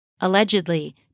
Allegedly